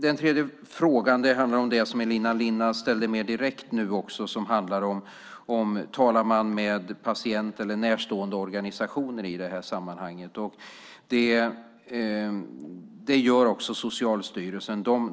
Den tredje frågan som Elina Linna ställde var om man talar med patient eller närståendeorganisationer i det här sammanhanget. Det gör Socialstyrelsen.